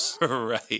Right